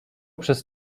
przez